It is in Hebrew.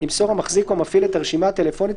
ימסור המחזיק או המפעיל את הרשימה הטלפונית